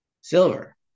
silver